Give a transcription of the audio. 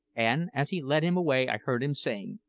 and as he led him away i heard him saying,